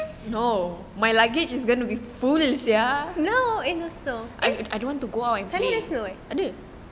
no and also eh sana ada snow ke